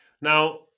Now